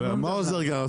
מה עוזר גרר?